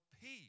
peace